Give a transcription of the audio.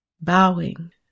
bowing